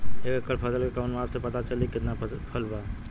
एक एकड़ फसल के कवन माप से पता चली की कितना फल बा?